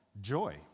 joy